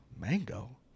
mango